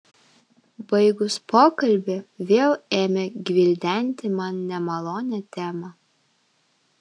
baigus pokalbį vėl ėmė gvildenti man nemalonią temą